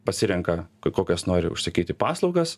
pasirenka kokias nori užsakyti paslaugas